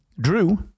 Drew